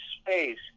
space